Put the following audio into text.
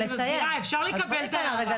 עידית, אני מסבירה, אפשר לקבל את ההערה.